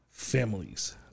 Families